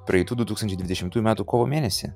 praeitų du tūkstančiai dvidešimtųjų metų kovo mėnesį